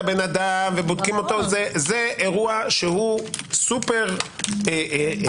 האדם ובודקים אותו - זה אירוע שהוא סופר רגיש.